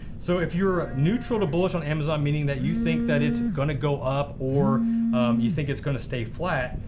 so if you're neutral to bullish on amazon, meaning that you think that it's going to go up, or you think it's going to stay flat,